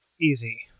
easy